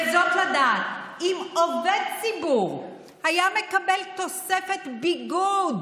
וזאת לדעת אם עובד ציבור היה מקבל תוספת ביגוד